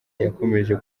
yakomeje